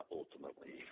ultimately